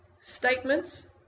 statements